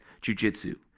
Jiu-Jitsu